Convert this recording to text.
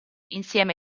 insieme